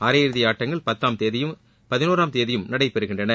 அரையிறுதி ஆட்டங்கள் பத்தாம் தேதியும் பதினோராம் தேதியும் நடைபெறுகின்றன